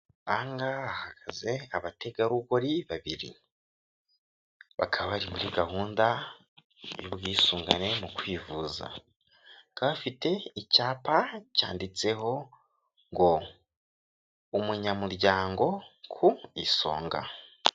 Aha ngaha hahagaze abategarugori babiri, bakaba bari muri gahunda y'ubwisungane mu kwivuza, baka bafite icyapa cyanditseho ngo:'' umunyamuryango ku isonga''.